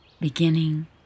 Beginning